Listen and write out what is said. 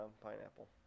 pineapple